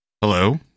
Hello